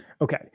Okay